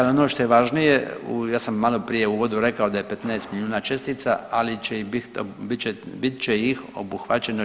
Ali ono što je važnije, ja sam malo prije u uvodu rekao da je 15 milijuna čestica, ali bit će ih obuhvaćeno 42%